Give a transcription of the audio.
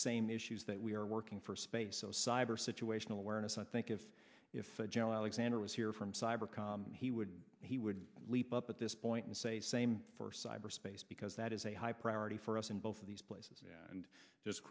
same issues that we are working for space so cyber situational awareness i think if general alexander was here from cyber com he would he would leap up at this point and say same cyberspace because that is a high priority for us in both of these places and just